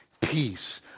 peace